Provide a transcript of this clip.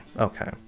okay